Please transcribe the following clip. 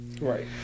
Right